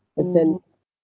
person